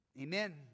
Amen